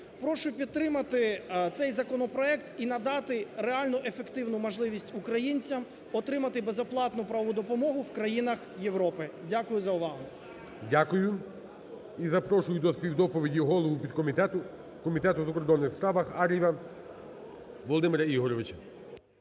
Прошу підтримати цей законопроект і надати реально ефективну можливість українцям отримати безоплатну правову допомогу в країнах Європи. Дякую за увагу. ГОЛОВУЮЧИЙ. Дякую. І запрошую до співдоповіді голову підкомітету Комітету у закордонних справах Ар'єва Володимира Ігоревича.